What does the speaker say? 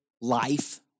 life